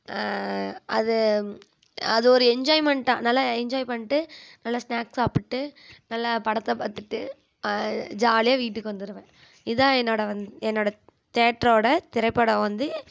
அது அது ஒரு என்ஜாய்மென்ட்தான் அதனால என்ஜாய் பண்ணிட்டு நல்லா ஸ்னாக்ஸ் சாப்பிட்டு நல்லா படத்தை பார்த்துட்டு ஜாலியா வீட்டுக்கு வந்துடுவேன் இதுதான் என்னோடய வந் என்னோடய தியேட்டரோடய திரைப்படம் வந்து